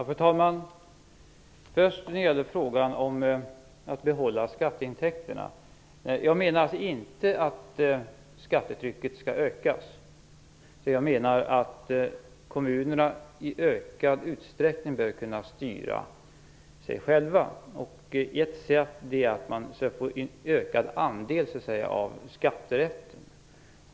Fru talman! Vad först gäller frågan om behållande av skatteintäkterna menar jag inte att skattetrycket skall höjas, utan jag menar att kommunerna i ökad utsträckning bör kunna styra sig själva. Ett sätt är att de får en ökad andel av beskattningsrätten.